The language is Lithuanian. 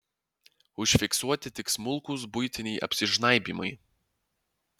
užfiksuoti tik smulkūs buitiniai apsižnaibymai